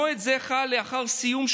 הבלוף הזה כנראה היום התפוצץ.